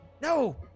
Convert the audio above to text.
No